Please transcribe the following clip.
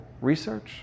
research